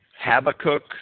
Habakkuk